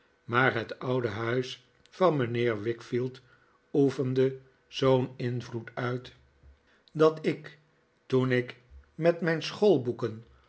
maar het oude huis van mijnheer wickfield oefende zoo'n invloed uit dat ik toen ik met mijn